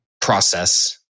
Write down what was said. process